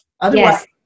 Otherwise